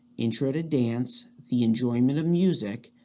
intro to dance the enjoyment of music,